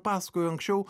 pasakojo anksčiau